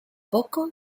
poco